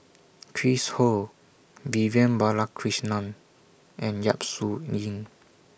Chris Ho Vivian Balakrishnan and Yap Su Yin